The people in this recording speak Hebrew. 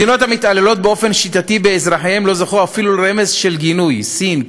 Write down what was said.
מדינות המתעללות באופן שיטתי באזרחיהן לא זכו אפילו לרמז של גינוי: סין,